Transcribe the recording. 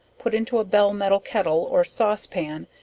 put into a bell-metal kettle or sauce pan,